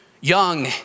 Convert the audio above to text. young